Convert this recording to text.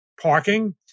parking